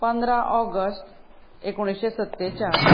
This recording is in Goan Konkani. पंदरा ऑगश्ट एकोणिश्शे सत्तेचाळ